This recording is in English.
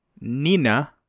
Nina